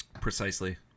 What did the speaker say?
Precisely